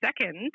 Second